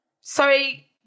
sorry